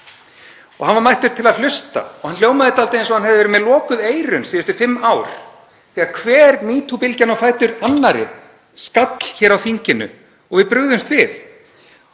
Hann var mættur til að hlusta og hann hljómaði dálítið eins og hann hefði verið með lokuð eyrun síðustu fimm ár þegar hver metoo-bylgjan á fætur annarri skall hér á þinginu og við brugðumst við.